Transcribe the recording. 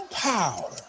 Power